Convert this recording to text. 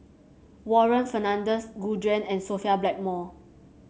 Warren Fernandez Gu Juan and Sophia Blackmore